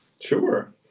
Sure